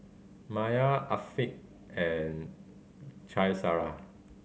Maya Afiqah and Qaisara